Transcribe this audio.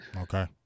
Okay